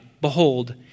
behold